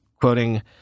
quoting